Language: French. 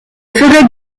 ferais